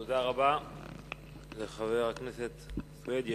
תודה רבה לחבר הכנסת סוייד.